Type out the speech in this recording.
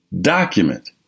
document